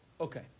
Okay